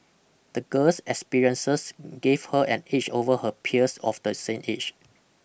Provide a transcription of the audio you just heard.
the girl's experiences gave her an edge over her peers of the same age